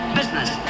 business